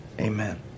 Amen